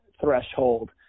threshold